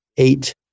eight